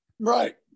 right